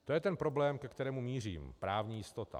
To je ten problém, ke kterému mířím, právní jistota.